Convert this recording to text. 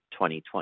2020